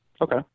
okay